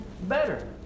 better